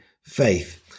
faith